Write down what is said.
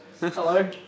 Hello